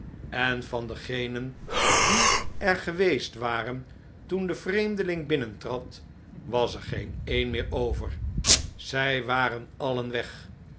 en van diegenen die er geweest waren toen de vreemdeling binnentrad was er geen een meer over zij waren alien weg